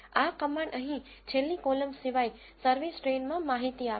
આ કમાન્ડ અહીં છેલ્લી કોલમ સિવાય સર્વિસ ટ્રેઈનમાં માહિતી આપે છે